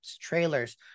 trailers